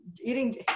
eating